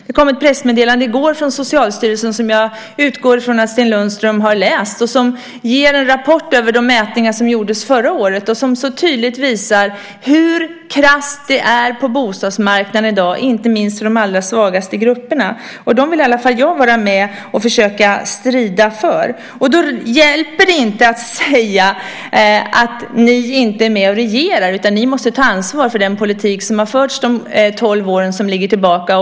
Det kom ett pressmeddelande i går från Socialstyrelsen - jag utgår från att Sten Lundström har läst det - med en rapport över de mätningar som gjordes förra året som tydligt visar hur krasst det är på bostadsmarknaden i dag, inte minst för de allra svagaste grupperna. Dem vill i alla fall jag vara med och försöka strida för. Då hjälper det inte att säga att ni inte är med och regerar, utan ni måste ta ansvar för den politik som har förts de tolv år som ligger tillbaka.